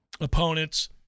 opponents